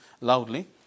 loudly